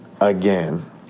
again